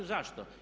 Zašto?